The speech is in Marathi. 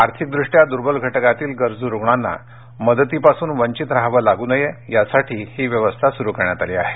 आर्थिकदृष्ट्या दुर्बल घटकातील गरजू रुग्णांना मदतीपासून वंचित रहावे लागू नये यासाठी ही व्यवस्था सूरु करण्यात आली आहे